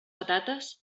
patates